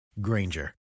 Granger